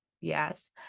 Yes